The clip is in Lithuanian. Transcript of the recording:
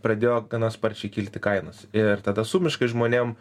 pradėjo gana sparčiai kilti kainos ir tada sumiškai žmonėm